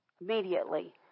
immediately